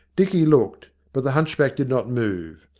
dicky looked, but the hunchback did not move.